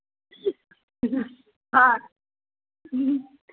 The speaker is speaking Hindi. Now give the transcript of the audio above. हाँ